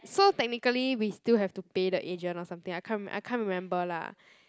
so technically we still have to pay the agent or something ah I can't I can't remember lah